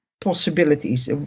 possibilities